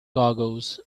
googles